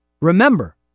Remember